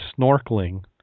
snorkeling